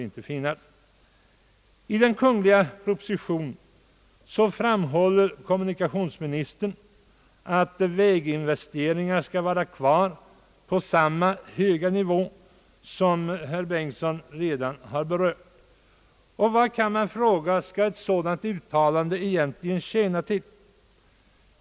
I den kungl. propositionen framhåller kommunikationsministern att väginvesteringarna skall ligga kvar på samma höga nivå som tidigare. Man kan fråga sig vad ett sådant uttalande egentligen skall tjäna till.